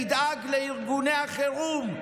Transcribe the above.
תדאג לארגוני החירום,